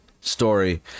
story